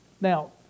Now